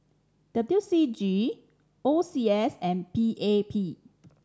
W C G O C S and P A P